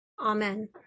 Amen